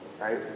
right